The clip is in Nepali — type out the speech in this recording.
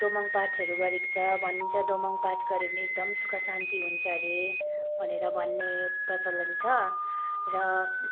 दोमङ पाठहरू गरेको छ भनिन्छ दोमङ पाठ गऱ्यो भने एकदम सुख शान्ति हुन्छ हरे भनेर भन्ने प्रचलन छ र